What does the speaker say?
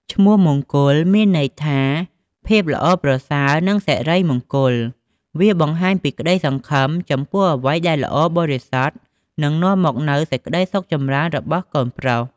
ឈ្មោះមង្គល មានន័យថា ភាពល្អប្រសើរនិងសិរីមង្គល វាបង្ហាញពីក្តីសង្ឃឹមចំពោះអ្វីដែលល្អបរិសុទ្ធ និងនាំមកនូវសេចក្តីសុខចម្រើនរបស់កូនប្រុស។